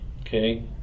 Okay